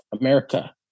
America